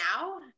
now